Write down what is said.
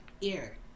Ear